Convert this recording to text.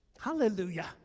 Hallelujah